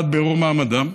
עד בירור מעמדם?